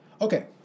Okay